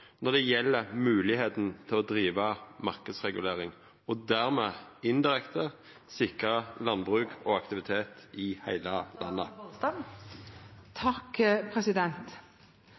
når det gjeld moglegheita til å driva marknadsregulering, og dermed, indirekte, sikra landbruk og aktivitet i heile landet?